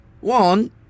One